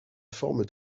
forme